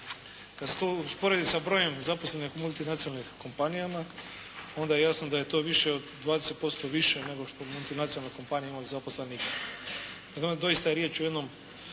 Kad se to usporedi sa brojem zaposlenih u multinacionalnim kompanijama, onda je jasno da je to više od 20% više nego što multinacionalne kompanije imaju zaposlenih.